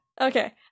Okay